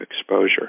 exposure